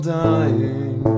dying